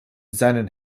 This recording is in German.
seinen